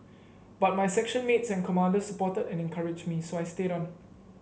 but my section mates and commanders supported and encouraged me so I stayed on